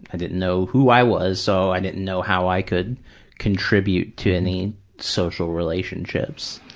i didn't know who i was so i didn't know how i could contribute to any social relationships.